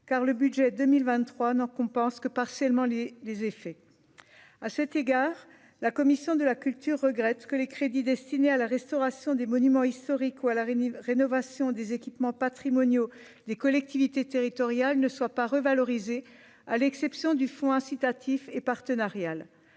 car le budget 2023 ne compense que partiellement les les effets, à cet égard, la Commission de la culture, regrette que les crédits destinés à la restauration des monuments historiques ou à la rénovation des équipements patrimoniaux, les collectivités territoriales ne soient pas revalorisées, à l'exception du fonds incitatifs et partenariale,